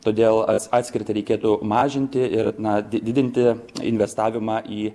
todėl atskirtį reikėtų mažinti ir na didinti investavimą į